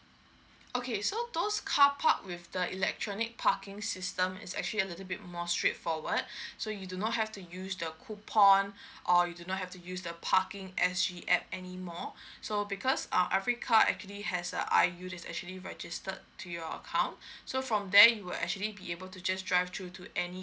okay so those car park with the electronic parking system is actually a little bit more straightforward so you do not have to use the coupon or you do not have to use the parking S_G app anymore so because um every car actually has a I_U this actually registered to your account so from there you will actually be able to just drive through to any